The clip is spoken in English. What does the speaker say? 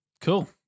Cool